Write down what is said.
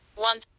One